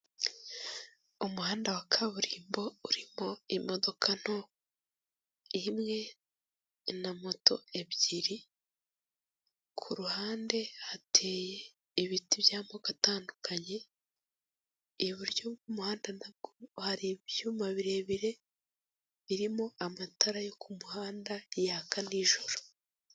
Umuhanda wa kaburimbo, urimo imodoka nto imwe na moto ebyiri, ku ruhande hateye ibiti by'amoko atandukanye; iburyo bw'umuhanda hari ibyuma birebire birimo amatara yo ku muhanda yaka nijoro.